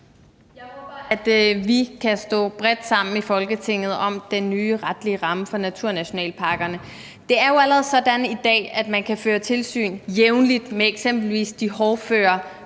Jeg håber, at vi kan stå sammen bredt i Folketinget om den nye retlige ramme for naturnationalparkerne. Det er jo allerede sådan i dag, at man kan føre tilsyn jævnligt med eksempelvis de hårdføre